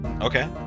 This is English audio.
Okay